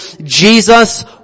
Jesus